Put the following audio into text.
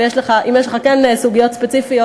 אם יש לך סוגיות ספציפיות,